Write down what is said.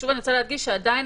שוב נדגיש שעדיין